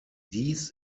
dies